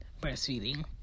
breastfeeding